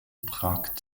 prag